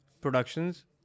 productions